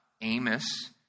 Amos